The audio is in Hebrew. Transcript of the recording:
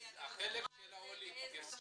--- באיזה שפות.